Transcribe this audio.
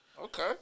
Okay